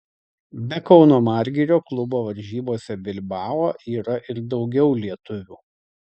be kauno margirio klubo varžybose bilbao yra ir daugiau lietuvių